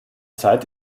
zeit